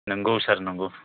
नोंगौ सार नोंगौ